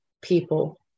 people